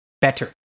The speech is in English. better